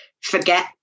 forget